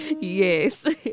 yes